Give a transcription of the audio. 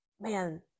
Man